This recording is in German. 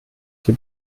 sie